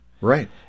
Right